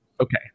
okay